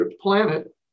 planet